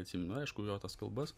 atsimenu aišku jo tas kalbas